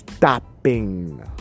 Stopping